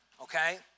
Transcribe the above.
Okay